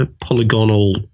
polygonal